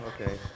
Okay